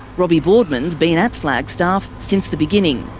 robbie boardman's been at flagstaff since the beginning.